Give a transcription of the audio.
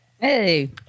Hey